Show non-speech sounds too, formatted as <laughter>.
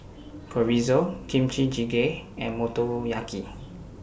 <noise> Chorizo Kimchi Jjigae and Motoyaki